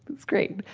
it's great.